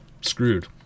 screwed